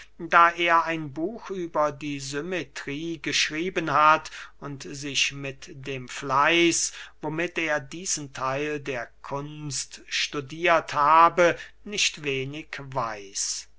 da er ein buch über die symmetrie geschrieben hat und sich mit dem fleiß womit er diesen theil der kunst studiert habe nicht wenig weiß